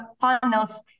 panels